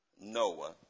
Noah